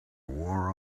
war